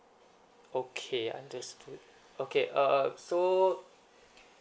okay I'm just okay uh uh so